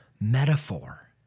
metaphor